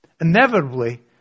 Inevitably